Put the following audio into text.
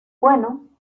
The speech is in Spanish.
bueno